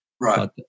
Right